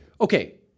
okay